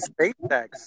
SpaceX